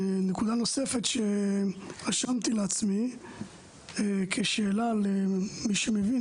נקודה נוספת שרשמתי לעצמי כשאלה למי שמבין,